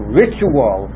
ritual